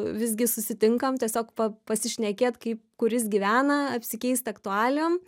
visgi susitinkam tiesiog pa pasišnekėt kaip kur jis gyvena apsikeist aktualijom